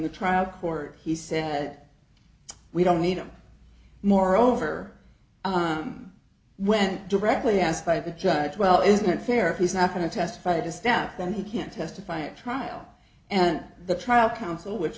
the trial court he said we don't need him moreover i went directly asked by the judge well isn't it fair he's not going to testify to staff that he can't testify at trial and the trial counsel which